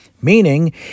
Meaning